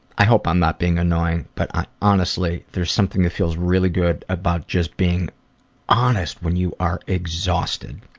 i hope um not being annoying, but honestly there's something that feels really good about just being honest when you are exhausted.